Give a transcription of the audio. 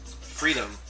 Freedom